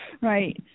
Right